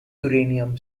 uranium